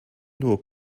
nur